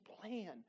plan